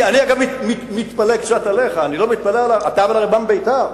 אגב, אני מתפלא קצת עליך, אתה בא מבית"ר.